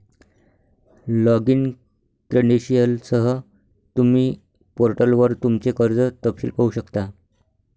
login क्रेडेंशियलसह, तुम्ही पोर्टलवर तुमचे कर्ज तपशील पाहू शकता